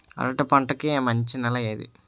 అరటి పంట కి మంచి నెల ఏది?